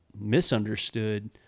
misunderstood